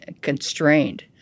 constrained